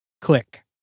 Click